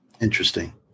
Interesting